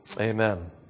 Amen